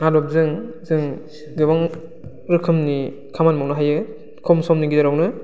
आदबजों जों गोबां रोखोमनि खामानि मावनो हायो खम समनि गेजेरावनो